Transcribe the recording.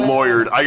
Lawyered